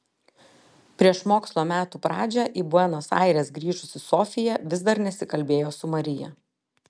prieš mokslo metų pradžią į buenos aires grįžusi sofija vis dar nesikalbėjo su marija